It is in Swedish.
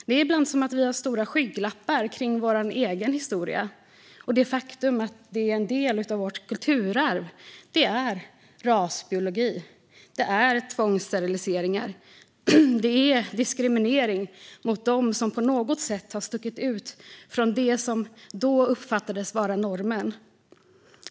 Det är ibland som att vi har stora skygglappar när det gäller vår egen historia. Faktum är att en del av vårt kulturarv är rasbiologi, tvångssteriliseringar och diskriminering mot dem som på något sätt har stuckit ut från det som då uppfattades vara normen.